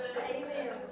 Amen